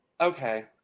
Okay